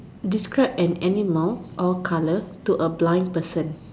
describe an animal or colour to a blind person